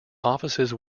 offices